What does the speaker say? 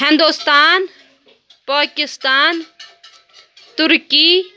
Hindustan Pakistan Turkey